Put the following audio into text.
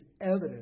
evidence